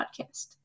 podcast